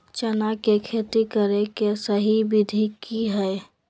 चना के खेती करे के सही विधि की हय?